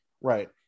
Right